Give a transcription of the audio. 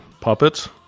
Puppets